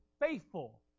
faithful